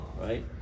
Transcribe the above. right